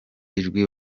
ijwi